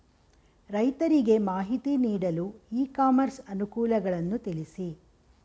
ರೈತರಿಗೆ ಮಾಹಿತಿ ನೀಡಲು ಇ ಕಾಮರ್ಸ್ ಅನುಕೂಲಗಳನ್ನು ತಿಳಿಸಿ?